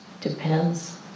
Depends